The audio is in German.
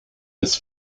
des